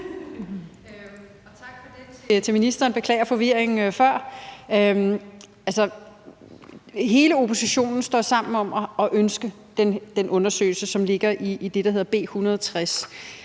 Tak. Og tak til ministeren. Jeg beklager forvirringen før. Altså, hele oppositionen står sammen om at ønske den undersøgelse, som ligger i det forslag, der hedder B 160.